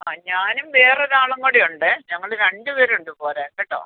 ആ ഞാനും വേറെ ഒരാളും കൂടെ ഉണ്ടെ ഞങ്ങൾ രണ്ട് പേരുണ്ട് പോരാൻ കേട്ടോ